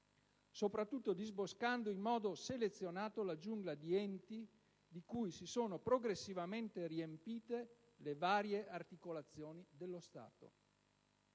soprattutto disboscando in modo selezionato la giungla di enti di cui si sono progressivamente riempite le varie articolazioni dello Stato,